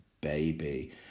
Baby